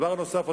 דבר נוסף,